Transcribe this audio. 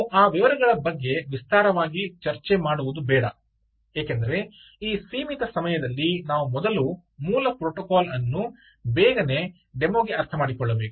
ನಾವು ಆ ವಿವರಗಳ ಬಗ್ಗೆ ವಿಸ್ತಾರವಾಗಿ ಚರ್ಚೆ ಮಾಡುವುದು ಬೇಡ ಏಕೆಂದರೆ ಈ ಸೀಮಿತ ಸಮಯದಲ್ಲಿ ನಾವು ಮೊದಲು ಮೂಲ ಪ್ರೋಟೋಕಾಲ್ ಅನ್ನು ಬೇಗನೆ ಡೆಮೊಗೆ ಅರ್ಥಮಾಡಿಕೊಳ್ಳಬೇಕು